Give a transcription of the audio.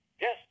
Yes